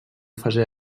fase